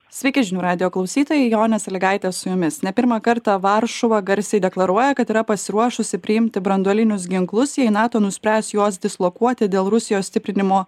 sveiki žinių radijo klausytojai jonė sąlygaitė su jumis ne pirmą kartą varšuva garsiai deklaruoja kad yra pasiruošusi priimti branduolinius ginklus jei nato nuspręs juos dislokuoti dėl rusijos stiprinimo